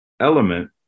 element